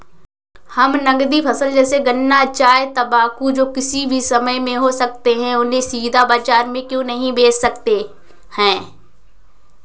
हम नगदी फसल जैसे गन्ना चाय तंबाकू जो किसी भी समय में हो सकते हैं उन्हें सीधा बाजार में क्यो नहीं बेच सकते हैं?